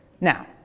Now